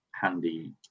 handy